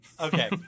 Okay